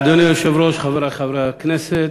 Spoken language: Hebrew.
אדוני היושב-ראש, חברי חברי הכנסת,